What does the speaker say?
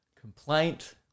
Complaint